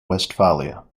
westphalia